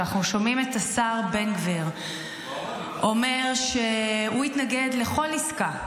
כשאנחנו שומעים את השר בן גביר אומר שהוא יתנגד לכל עסקה,